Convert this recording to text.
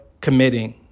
committing